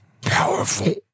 powerful